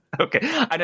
Okay